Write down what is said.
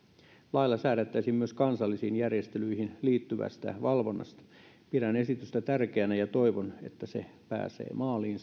lailla säädettäisiin myös kansallisiin järjestelyihin liittyvästä valvonnasta pidän esitystä tärkeänä ja toivon että se pääsee maaliin